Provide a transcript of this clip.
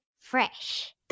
Fresh